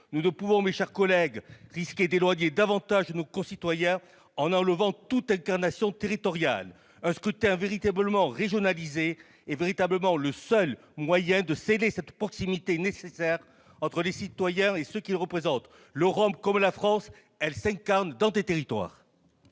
Nous ne pouvons, mes chers collègues, risquer d'éloigner davantage nos concitoyens, en renonçant à toute incarnation territoriale. Un scrutin véritablement régionalisé est le seul moyen de sceller la nécessaire proximité entre les citoyens et ceux qui les représentent. L'Europe, comme la France, s'incarne dans les territoires.